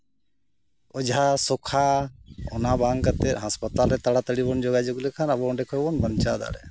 ᱚᱡᱷᱟ ᱥᱚᱠᱷᱟ ᱚᱱᱟ ᱵᱟᱝ ᱠᱟᱛᱮ ᱦᱟᱸᱥᱯᱟᱛᱟᱞ ᱨᱮ ᱛᱟᱲᱟᱛᱟᱲᱤ ᱵᱚᱱ ᱡᱳᱜᱟᱡᱳᱜᱽ ᱞᱮᱠᱷᱟᱱ ᱫᱚ ᱟᱵᱚ ᱚᱸᱰᱮ ᱠᱷᱚᱡ ᱵᱚᱱ ᱵᱟᱧᱪᱟᱣ ᱫᱟᱲᱮᱭᱟᱜᱼᱟ